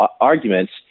arguments